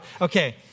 Okay